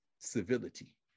civility